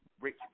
rich